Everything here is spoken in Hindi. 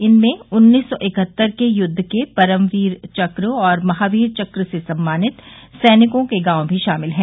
इनमें उन्नीस सौ इकहत्तर के युद्ध के परम वीर चक्र और महावीर चक्र से सम्मानित सैनिकों के गांव भी शामिल हैं